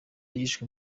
yishwe